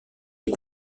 est